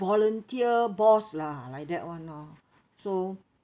volunteer boss lah like that [one] lor so